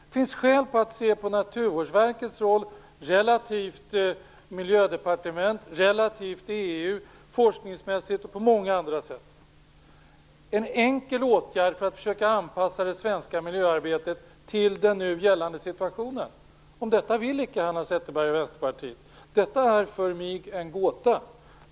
Det finns skäl att se på Naturvårdsverkets roll relativt Miljödepartementet, relativt EU, forskningsmässigt och på många andra sätt. Det är en enkel åtgärd för att försöka anpassa det svenska miljöarbetet till den nu gällande situationen. Detta vill icke Hanna Zetterberg och Vänsterpartiet. Det är för mig en gåta.